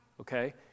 okay